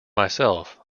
myself